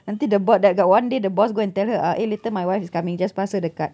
until the boss that got one day the boss go and tell her uh eh later my wife is coming just pass her the card